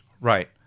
Right